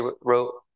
wrote